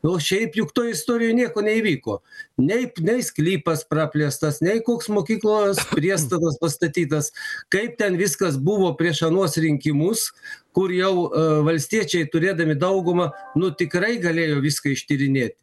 o šiaip juk toj istorijoj nieko neįvyko nei nei sklypas praplėstas nei koks mokyklos priestatas pastatytas kaip ten viskas buvo prieš anuos rinkimus kur jau valstiečiai turėdami daugumą nu tikrai galėjo viską ištyrinėt